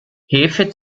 hefe